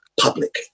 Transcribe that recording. public